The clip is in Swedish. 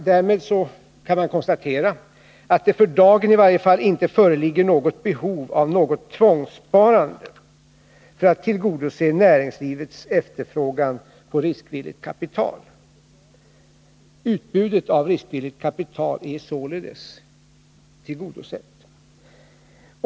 Därmed kan man konstatera att det i varje fall för dagen inte föreligger behov av något ”tvångssparande” för tillgodoseende av näringslivets efterfrågan på riskvilligt kapital. Utbudet av riskvilligt kapital är således tillgodosett.